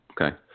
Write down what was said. Okay